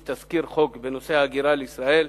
לגיבוש תזכיר חוק בנושא ההגירה לישראל.